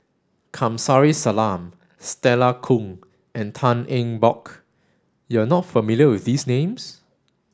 Kamsari Salam Stella Kon and Tan Eng Bock you are not familiar with these names